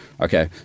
Okay